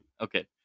Okay